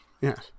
Yes